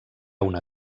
una